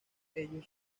ellos